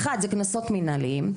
אחד זה קנסות מנהליים,